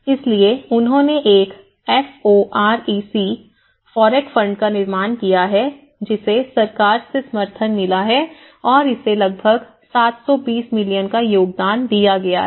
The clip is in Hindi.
इसलिए उन्होंने एक F O R E C fund का निर्माण किया है जिसे सरकार से समर्थन मिला है और इसे लगभग 720 मिलियन का योगदान दिया गया है